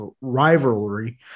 rivalry